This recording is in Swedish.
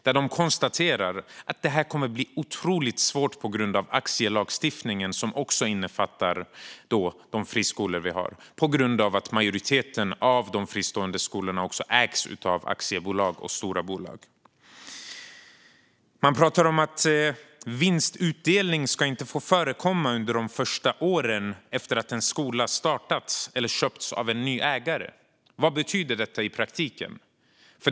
De konstaterar att detta kommer att bli otroligt svårt på grund av aktielagstiftningen, som också innefattar Sveriges friskolor, eftersom majoriteten av de fristående skolorna ägs av aktiebolag och stora bolag. Man pratar om att vinstutdelning inte ska få förekomma under de första åren efter att en skola har startats eller köpts av en ny ägare. Vad betyder detta i praktiken?